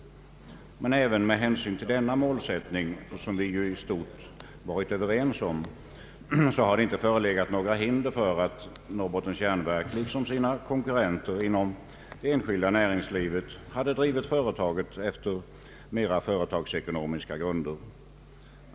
Men även med hänsyn till denna målsättning, som vi i stort varit överens om, har det inte förelegat några hinder för att NJA liksom sina konkurrenter inom det enskilda näringslivet drivit företaget efter mer företagsekonomiska grunder.